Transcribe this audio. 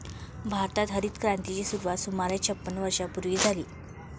भारतात हरितक्रांतीची सुरुवात सुमारे छपन्न वर्षांपूर्वी झाली